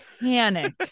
panic